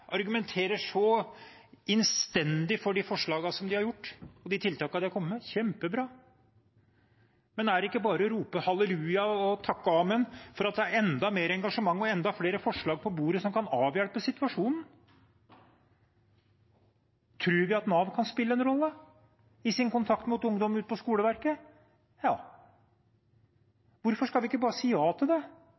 så innstendig for de forslagene som de har hatt, og de tiltakene som de har kommet med, som kjempebra. Men er det ikke bare å rope halleluja og takk og amen for at det er enda mer engasjement og enda flere forslag på bordet som kan avhjelpe situasjonen? Tror vi at Nav kan spille en rolle i sin kontakt mot ungdom og skoleverket? Ja. Hvorfor skal vi ikke bare si ja til det,